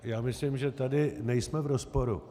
Já myslím, že tady nejsem v rozporu.